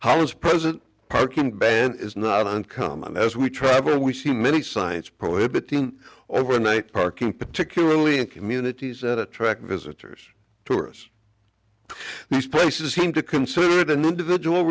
it's present parking ban is not uncommon as we travel and we see many signs prohibiting overnight parking particularly in communities that attract visitors tourists these places seem to consider it an individual